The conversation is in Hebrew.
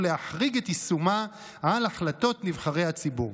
ולהחריג את יישומה על החלטות נבחרי הציבור".